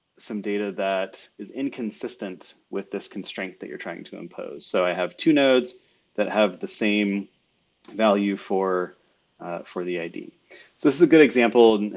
some data that is inconsistent with this constraint that you're trying to impose. so i have two nodes that have the same value for for the id. so this is a good example.